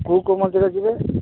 କେଉଁ କେଉଁ ମନ୍ଦିର ଯିବେ